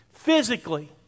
physically